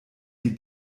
die